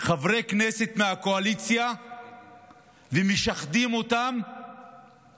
חברי כנסת מהקואליציה ומשחדים אותם